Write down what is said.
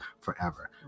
forever